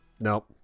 nope